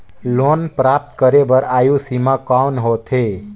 Loan प्राप्त करे बर आयु सीमा कौन होथे?